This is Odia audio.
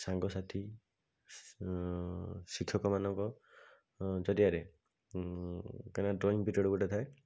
ସାଙ୍ଗସାଥି ଶିକ୍ଷକମାନଙ୍କ ଜରିଆରେ କାରଣ ଡ୍ରଇଂ ପିରିୟଡ଼୍ ଗୋଟେ ଥାଏ